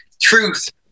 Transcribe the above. Truth